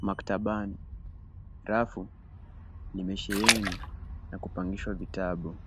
Maktabani rafu zimesheheni na kupangishwa vitabu.